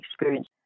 experience